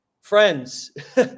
friends